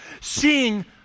seeing